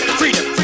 freedom